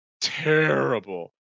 terrible